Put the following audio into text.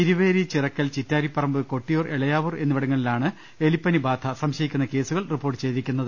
Iriveri Chirakkal Chittariparamba Kottiyoor Elayavoor എന്നിവിടങ്ങളിലാ ണ് എലിപ്പനി ബാധ സംശയിക്കുന്ന കേസുകൾ റിപ്പോർട്ട് ചെയ്തി രിക്കുന്നത്